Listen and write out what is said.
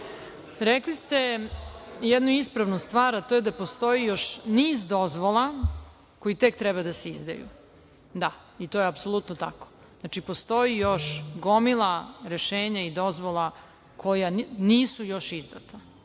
Hvala. Rekli ste jednu ispravnu stvar, a to je da postoji još niz dozvola koje tek treba da se izdaju. Da, i to je apsolutno tako. Znači, postoji još gomila rešenja i dozvola koja nisu još izdata.